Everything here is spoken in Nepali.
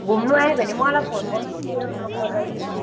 घुम्नु आयो भने मलाई फोन गर्नु नि मेरो नम्बर रहेछ